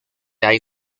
hay